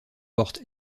porte